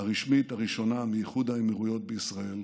הרשמית הראשונה מאיחוד האמירויות בישראל,